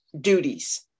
duties